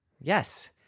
Yes